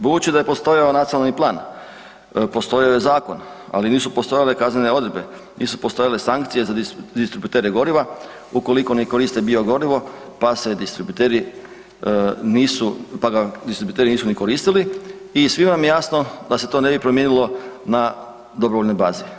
Budući da je postojao nacionalni plan, postojao je zakon, ali nisu postojale kaznene odredbe, nisu postojale sankcije za distributere goriva, ukoliko ne koriste biogorivo, pa se distributeri nisu, pa ga distributeri nisu ni koristili i svima vam je jasno da se to ne bi promijenilo na dobrovoljnoj bazi.